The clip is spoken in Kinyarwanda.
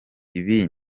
ibi